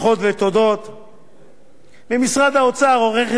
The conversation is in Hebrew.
ממשרד האוצר, עורכת-הדין ענבל רונן ונח הקר,